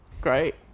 Great